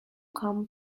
come